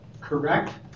correct